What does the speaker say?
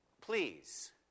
Please